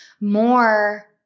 more